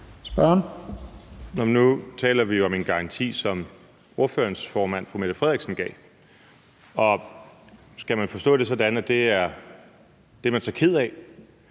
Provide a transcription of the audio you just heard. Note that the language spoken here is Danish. (DF): Nu taler vi jo om en garanti, som ordførerens formand, fru Mette Frederiksen, gav. Skal man forstå det sådan, at det er noget, man er ked af,